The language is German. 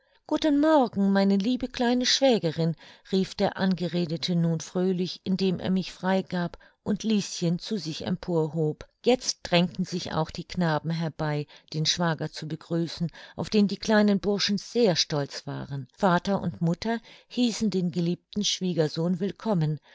guten morgen meine liebe kleine schwägerin rief der angeredete nun fröhlich indem er mich frei gab und lieschen zu sich emporhob jetzt drängten sich auch die knaben herbei den schwager zu begrüßen auf den die kleinen burschen sehr stolz waren vater und mutter hießen den geliebten schwiegersohn willkommen